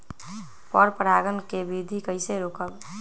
पर परागण केबिधी कईसे रोकब?